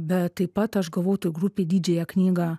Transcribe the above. bet taip pat aš gavau toj grupėj didžiąją knygą